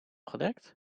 gedekt